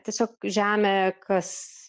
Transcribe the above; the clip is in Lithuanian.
tiesiog žemė kas